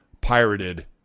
pirated